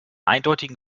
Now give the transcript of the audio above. eindeutigen